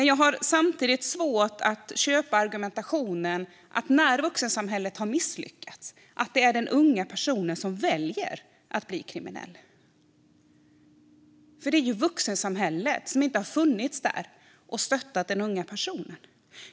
Jag har samtidigt svårt att köpa argumentationen att de unga väljer att bli kriminella bara för att vuxensamhället har misslyckats. Det är ju vuxensamhället som inte funnits till hands och stöttat dem.